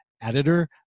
editor